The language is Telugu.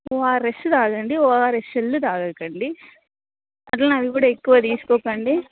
ఓఆర్ఎస్ త్రాగండి ఓఆర్ఎస్ఎల్ త్రాగకండి అట్లనే అది కూడా ఎక్కువ తీసుకోకండి